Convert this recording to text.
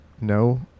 No